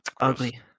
Ugly